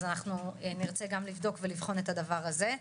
אז אנחנו נרצה גם לבדוק ולבחון את הדבר הזה.